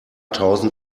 tausend